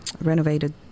renovated